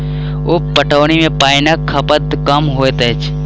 उप पटौनी मे पाइनक खपत कम होइत अछि